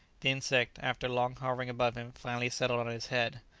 the insect, after long hovering above him, finally settled on his head.